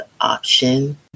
option